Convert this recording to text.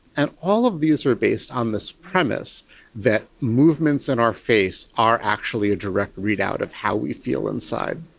and all of these are based on this premise that movements in our face are actually a direct readout of how we feel inside.